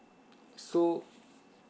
so